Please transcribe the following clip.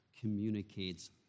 communicates